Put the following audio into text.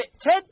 Ted